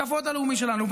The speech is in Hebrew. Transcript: בכבוד הלאומי שלנו,